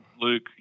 luke